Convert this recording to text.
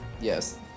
Yes